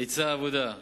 היצע העבודה,